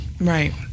Right